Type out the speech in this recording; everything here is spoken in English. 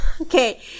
Okay